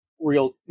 real